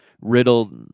riddled